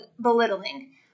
belittling